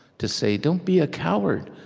to say, don't be a coward.